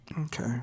Okay